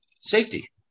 safety